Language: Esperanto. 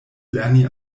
lerni